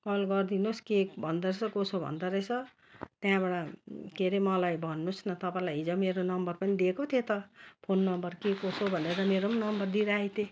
call गरिदिनुहोस् कि भन्दो रहेछ कसो भन्दा रहेछ त्यहाँबाट के अरे मलाई भन्नुहोस् न तपाईँलाई हिजो मेरो नम्बर पनि दिएको थिएँ त फोन नम्बर के कसो भनेर मेरो पनि नम्बर दिइराखेको थिएँ